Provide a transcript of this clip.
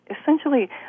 essentially